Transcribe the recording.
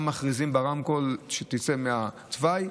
גם מכריזים ברמקול שתצא מהתוואי.